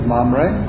Mamre